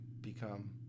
become